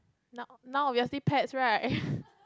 now now obviously pets right